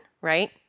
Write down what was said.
right